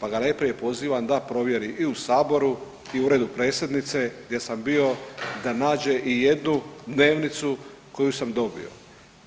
Pa ga najprije pozivam da provjeri i u saboru i u uredu predsjednice gdje sam bio da nađe ijednu dnevnicu koju sam dobio,